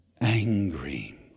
angry